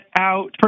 out